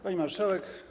Pani Marszałek!